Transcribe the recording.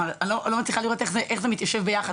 כלומר אני לא מצליחה לראות איך זה מתיישב ביחד,